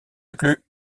inclus